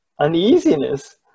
uneasiness